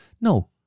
no